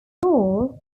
all